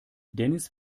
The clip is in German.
dennis